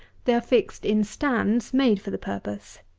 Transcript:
they are fixed in stands made for the purpose,